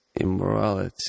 immorality